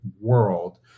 world